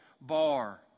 bar